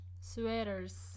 Sweaters